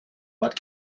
what